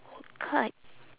card